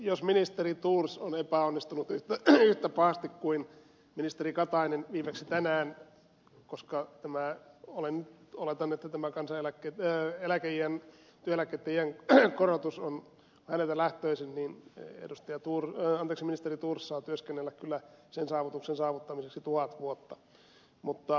jos ministeri thors on epäonnistunut yhtä pahasti kuin ministeri katainen viimeksi tänään koska oletan että tämä kansaneläkkeet ja eläkeiän vieläkö pieni työeläkeiän korotus on häneltä lähtöisin niin ministeri thors saa työskennellä kyllä sen saavutuksen saavuttamiseksi tuhat vuotta